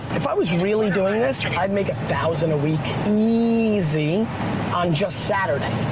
if i was really doing this, i'd make a thousand a week easy on just saturday,